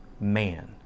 man